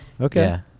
Okay